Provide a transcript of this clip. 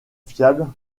fiables